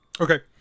Okay